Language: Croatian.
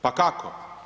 Pa kako?